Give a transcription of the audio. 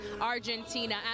Argentina